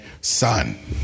son